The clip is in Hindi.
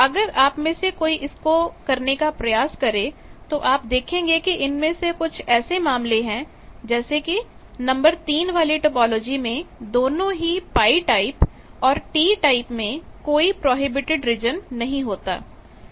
अगर आप में से कोई इसको करने का प्रयास करें तो आप देखेंगे कि इनमें कुछ ऐसे मामले हैं जैसे कि नंबर 3 वाली टोपोलॉजी मेंदोनों ही पाई टाइप और टी टाइप में कोई प्रोहिबिटेड रीज़न नहीं है